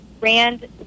rand